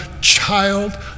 child